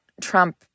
Trump